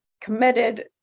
committed